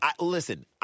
Listen